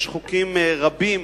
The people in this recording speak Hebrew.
יש מקרים רבים